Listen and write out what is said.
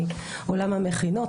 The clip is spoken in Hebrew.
מעולם המכינות,